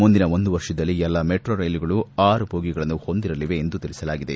ಮುಂದಿನ ಒಂದು ವರ್ಷದಲ್ಲಿ ಎಲ್ಲಾ ಮೆಟ್ರೋ ರೈಲುಗಳು ಆರು ಬೋಗಿಗಳನ್ನು ಹೊಂದಿರಲಿವೆ ಎಂದು ತಿಳಿಸಲಾಗಿದೆ